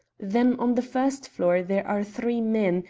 then on the first floor there are three men,